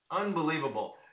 Unbelievable